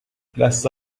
لثه